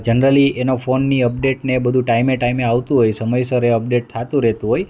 generally એનો ફોનની અપડેટને એ બધું ટાઈમ એ ટાઈમ આવતું હોય છે સમયસર અપડેટ થતું રહેતું હોય